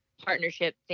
partnership